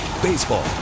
Baseball